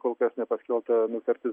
kol kas nepaskelbta nutartis